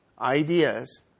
ideas